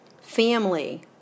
family